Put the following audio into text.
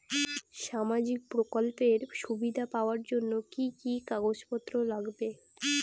সামাজিক প্রকল্পের সুবিধা পাওয়ার জন্য কি কি কাগজ পত্র লাগবে?